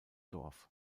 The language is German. dorf